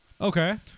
Okay